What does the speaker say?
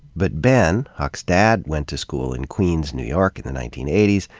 but ben, huck's dad, went to school in queens, new york, in the nineteen eighty s,